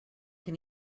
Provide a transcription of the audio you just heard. can